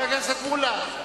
חבר הכנסת מולה.